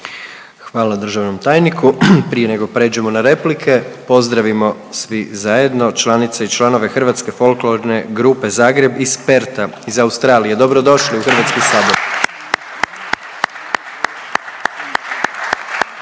Hvala državnom tajniku. Prije nego prijeđemo na replike pozdravimo svi zajedno članice i članove hrvatske folklorne grupe Zagreb iz Pertha, iz Australije. Dobro došli u Hrvatski sabor!